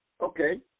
okay